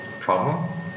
problem